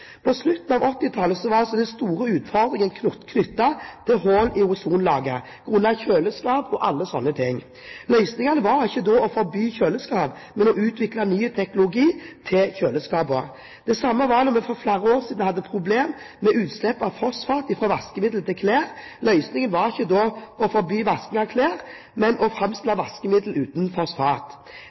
På slutten av 1980-tallet var den store utfordringen knyttet til hull i ozonlaget grunnet kjøleskap og alle slike ting. Løsningen var da ikke å forby kjøleskap, men å utvikle ny teknologi til kjøleskapene. Det samme var det for flere år siden da vi hadde problemer med utslipp av fosfat fra vaskemidler til klær. Løsningen var ikke å forby vasking av klær, men å